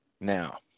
Now